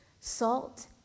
Salt